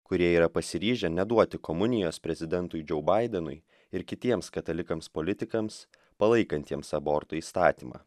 kurie yra pasiryžę neduoti komunijos prezidentui džo baidenui ir kitiems katalikams politikams palaikantiems abortų įstatymą